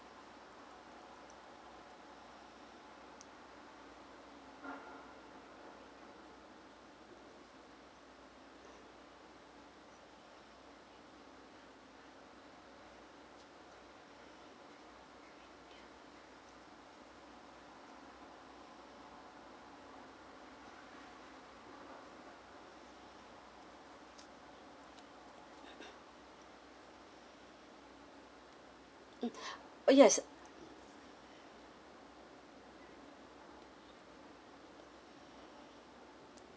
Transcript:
mm oh yes